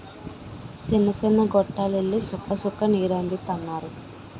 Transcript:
సిన్న సిన్న గొట్టాల్లెల్లి సుక్క సుక్క నీరందిత్తన్నారు